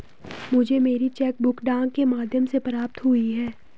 मुझे मेरी cheque book डाक के माध्यम से प्राप्त हुई है